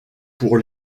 pour